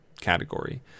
category